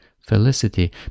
felicity